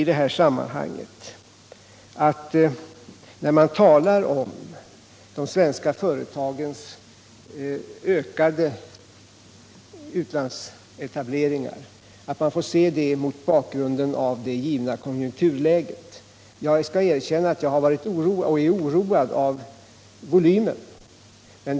De svenska företagens ökade utlandsetableringar får man se mot bakgrund av det givna konjunkturläget. Jag skall erkänna att jag är oroad över volymen.